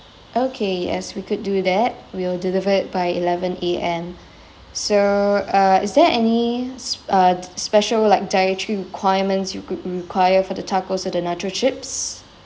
okay yes we could do that we'll deliver by eleven A_M so uh is there any uh special like dietary requirements you could require for the tacos or the nacho chips